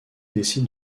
décide